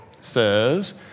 says